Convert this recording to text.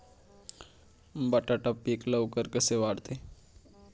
बटाटा पीक लवकर कसे वाढते?